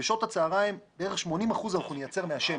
שבשעות הצוהריים בערך 80 אחוזים אנחנו נייצר מהשמש.